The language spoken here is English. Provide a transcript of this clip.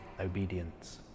obedience